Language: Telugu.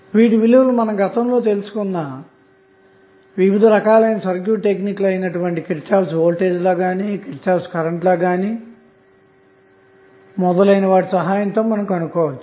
వీటి విలువలు మనం గతంలో చెప్పుకొన్న వివిధ సర్క్యూట్ టెక్నిక్లు అయినటువంటి Kirchhoff voltage law Kirchhoff current law ల సహాయంతో కనుగొనవచ్చు